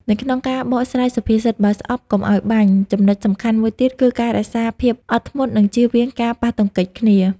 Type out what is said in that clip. នៅក្នុងការបកស្រាយសុភាសិត "បើស្អប់កុំឲ្យបាញ់" ចំណុចសំខាន់មួយទៀតគឺការរក្សាភាពអត់ធ្មត់ និងជៀសវាងការប៉ះទង្គិចគ្នា។